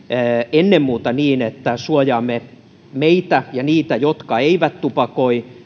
ennen muuta niin että suojaamme meitä ja niitä jotka eivät tupakoi